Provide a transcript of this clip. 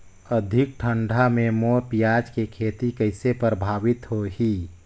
अधिक ठंडा मे मोर पियाज के खेती कइसे प्रभावित होही?